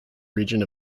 region